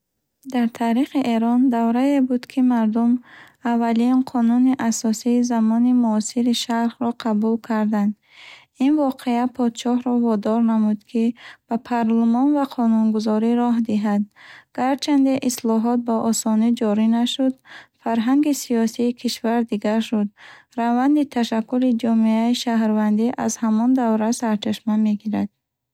Дар таърихи Эрон даврае буд, ки мардум аввалин Қонуни асосии замони муосири Шарқро қабул карданд. Ин воқеа подшоҳро водор намуд, ки ба парлумон ва қонунгузорӣ роҳ диҳад. Гарчанде ислоҳот ба осонӣ ҷорӣ нашуд, фарҳанги сиёсии кишвар дигар шуд. Раванди ташаккули ҷомеаи шаҳрвандӣ аз ҳамон давра сарчашма мегирад.